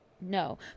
No